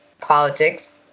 politics